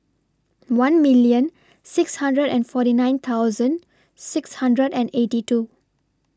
one million six hundred and forty nine thousand six hundred and eighty two